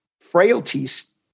frailties